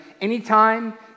anytime